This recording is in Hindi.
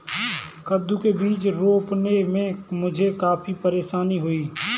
कद्दू के बीज रोपने में मुझे काफी परेशानी हुई